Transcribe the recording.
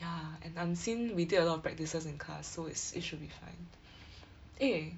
ya and unseen we did a lot of practices in class so it's it should be fine eh